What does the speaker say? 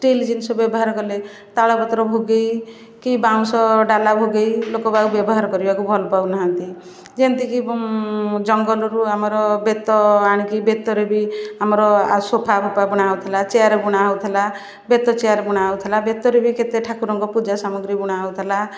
steel ଜିନିଷ ବ୍ୟବହାର କଲେ ତାଳପତ୍ର ଭୋଗେଇ କି ବାଉଁଶ ଡାଲା ଭୋଗେଇ ଲୋକ ବା ବ୍ୟବହାର କରିବାକୁ ଭଲ ପାଉନାହାଁନ୍ତି ଯେମତି କି ଜଙ୍ଗଲରୁ ଆମର ବେତ ଆଣିକି ବେତରେ ବି ଆମର ସୋଫା ଫୋପା ବୁଣା ହେଉଥିଲା ଚେୟାର ବୁଣା ହେଉଥିଲା ବେତ ଚେୟାର ବୁଣା ହେଉଥିଲା ବେତରେ ବି କେତେ ଠାକୁରଙ୍କ ପୂଜାସାମଗ୍ରୀ ବୁଣା ହେଉଥିଲା